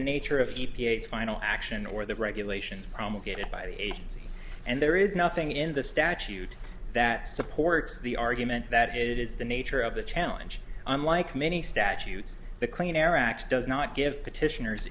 the nature of e p a s final action or the regulations promulgated by the agency and there is nothing in the statute that supports the argument that it is the nature of the challenge unlike many statutes the clean air act does not give petitioners